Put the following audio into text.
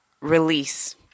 release